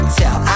tell